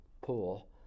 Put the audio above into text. pool